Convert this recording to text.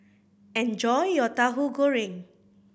enjoy your Tahu Goreng